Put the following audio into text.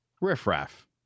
riffraff